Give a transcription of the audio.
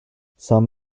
some